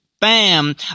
Bam